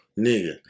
nigga